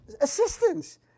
assistance